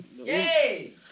Yay